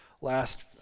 last